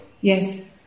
Yes